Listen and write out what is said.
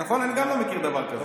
אני לא מכיר דבר כזה.